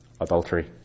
adultery